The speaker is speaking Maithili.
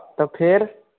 तऽ फेर